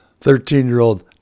Thirteen-year-old